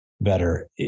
better